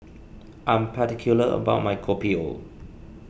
I am particular about my Kopi O